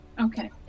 okay